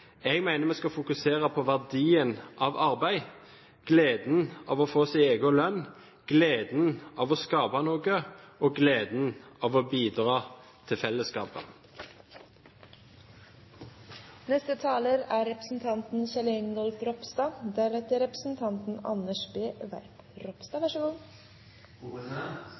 Jeg mener vi skal fokusere på verdien av arbeid, på gleden ved å få sin egen lønn, på gleden ved å skape noe og på gleden ved å bidra til